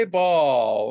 ball